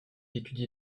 étudie